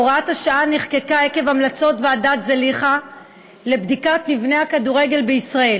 הוראת השעה נחקקה עקב המלצות ועדת זליכה לבדיקת מבנה הכדורגל בישראל,